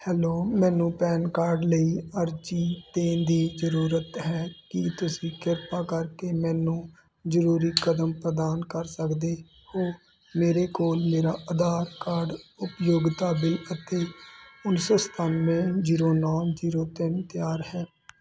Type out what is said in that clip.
hello ਮੈਨੂੰ PAN card ਲਈ ਅਰਜ਼ੀ ਦੇਣ ਦੀ ਜ਼ਰੂਰਤ ਹੈ ਕੀ ਤੁਸੀਂ ਕ੍ਰਿਪਾ ਕਰਕੇ ਮੈਨੂੰ ਜ਼ਰੂਰੀ ਕਦਮ ਪ੍ਰਦਾਨ ਕਰ ਸਕਦੇ ਹੋ ਮੇਰੇ ਕੋਲ ਮੇਰਾ ਆਧਾਰ ਕਾਰਡ ਉਪਯੋਗਤਾ ਬਿੱਲ ਅਤੇ ਉੱਨੀ ਸੌ ਸਤਾਨਵੇਂ ਜੀਰੋ ਨੌ ਜੀਰੋ ਤਿੰਨ ਤਿਆਰ ਹੈ